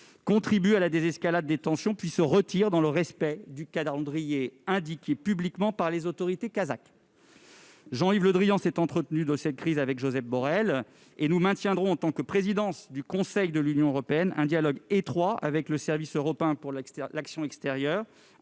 contribuent à la désescalade des tensions puis se retirent, dans le respect du calendrier indiqué publiquement par les autorités du Kazakhstan. Jean-Yves Le Drian s'est entretenu de cette crise avec Josep Borrell et, en tant que titulaire de la présidence du Conseil de l'Union européenne, la France maintiendra un dialogue étroit avec le Service européen pour l'action extérieure